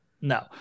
No